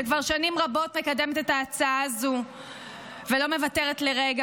שכבר שנים רבות מקדמת את ההצעה הזו ולא מוותרת לרגע.